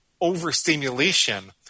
overstimulation